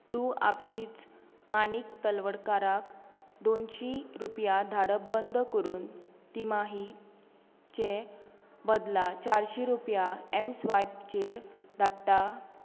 तूं आपशींच माणिक तलवडकाराक दोनशीं रुपया धाडप बंद करून तिमाहीचे बदला चारशीं रुपया एमस्वायपचेर धाडटा